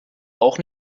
auch